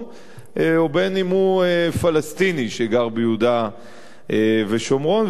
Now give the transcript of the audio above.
ואם הוא פלסטיני שגר ביהודה ושומרון.